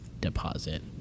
deposit